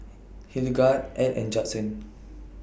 Hildegard Edd and Judson